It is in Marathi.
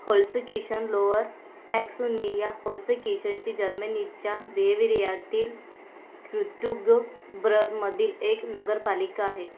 होलसकीशन लोअर फॅक्सुनीया होलसकीशनची जर्मनीच्या वेविरियातील ऋत्युगब्रमधील एक नगरपालिका आहे